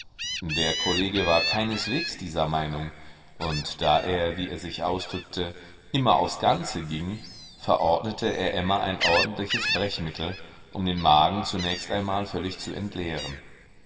der kollege war keineswegs dieser meinung und da er wie er sich ausdrückte immer aufs ganze ging verordnete er emma ein ordentliches brechmittel um den magen zunächst einmal völlig zu entleeren